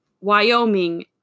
Wyoming